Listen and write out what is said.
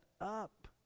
up